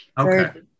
okay